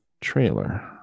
Trailer